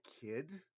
Kid